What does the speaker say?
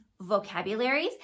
vocabularies